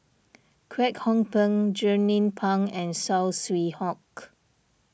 Kwek Hong Png Jernnine Pang and Saw Swee Hock